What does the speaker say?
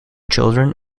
children